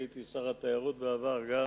הייתי בעבר גם